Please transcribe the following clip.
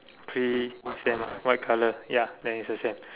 three free stand white colour ya then it's the same